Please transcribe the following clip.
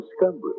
discovery